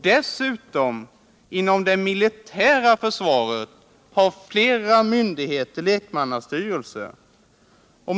Dessutom finns det lekmannastyrelser vid flera myndigheter inom det militära försvaret.